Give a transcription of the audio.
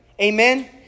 Amen